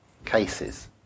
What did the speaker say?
Cases